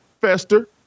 fester